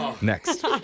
Next